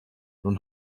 nun